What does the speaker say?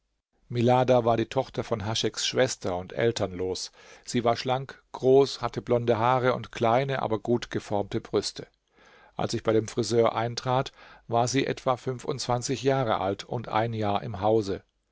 milada war die tochter von hascheks schwester und elternlos sie war schlank groß hatte blonde haare und kleine aber gut geformte brüste als ich bei dem friseur eintrat war sie etwa fünfundzwanzig jahre alt und ein jahr im hause